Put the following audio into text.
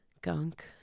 gunk